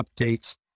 updates